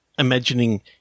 Imagining